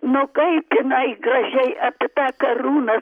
nu kaip jinai gražiai apie tą karūną